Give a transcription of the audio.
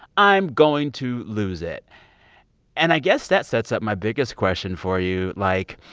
i'm going to lose it and i guess that sets up my biggest question for you. like,